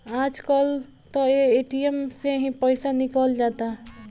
आज कल त ए.टी.एम से ही पईसा निकल जाता